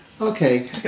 Okay